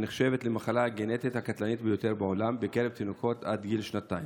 ונחשבת למחלה הגנטית הקטלנית ביותר בעולם בקרב תינוקות עד גיל שנתיים.